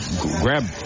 grab